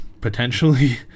potentially